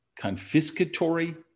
confiscatory